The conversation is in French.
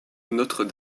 notre